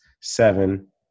seven